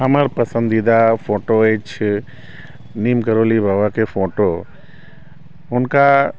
हमर पसन्दीदा फोटो अछि नीम करोली बाबाके फोटो हुनका